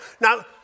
Now